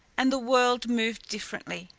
and the world moved differently.